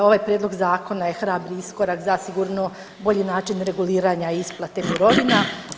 Ovo je, ovaj prijedlog zakona je hrabri iskorak zasigurno bolji način reguliranja isplate mirovina.